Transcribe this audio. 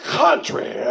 country